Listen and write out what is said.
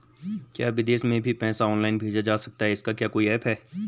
क्या विदेश में भी पैसा ऑनलाइन भेजा जा सकता है इसका क्या कोई ऐप है?